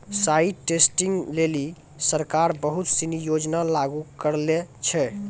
site testing लेलि सरकार बहुत सिनी योजना लागू करलें छै